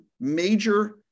major